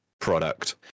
product